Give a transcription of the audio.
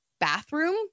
bathroom